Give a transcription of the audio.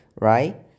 Right